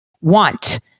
want